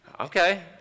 okay